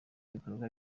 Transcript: ibikorwa